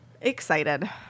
Excited